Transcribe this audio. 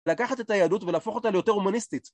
לקחת את היהדות ולהפוך אותה ליותר הומניסטית